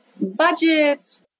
budgets